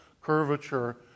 curvature